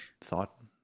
thought